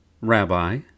Rabbi